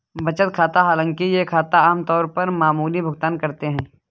बचत खाता हालांकि ये खाते आम तौर पर मामूली भुगतान करते है